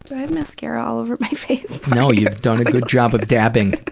i have mascara all over my face? no, you've done a good job of dapping.